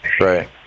Right